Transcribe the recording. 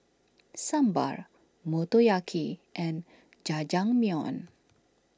Sambar Motoyaki and Jajangmyeon